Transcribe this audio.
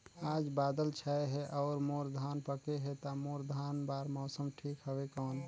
आज बादल छाय हे अउर मोर धान पके हे ता मोर धान बार मौसम ठीक हवय कौन?